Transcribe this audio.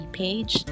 page